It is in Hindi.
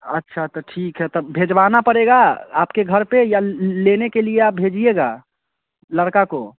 अच्छा तो ठीक है तब भिजवाना पड़ेगा आपके घर पर या लेने के लिए आप भेजिएगा लड़के को